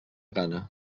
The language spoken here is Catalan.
gana